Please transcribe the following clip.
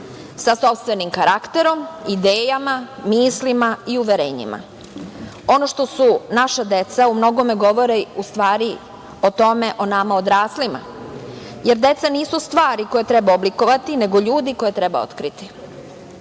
sa sopstvenim karakterom, idejama, mislima i uverenjima. Ono što su naša deca, umnogome govori o nama odraslima, jer deca nisu stvari koje treba oblikovati, nego ljudi koje treba otkriti.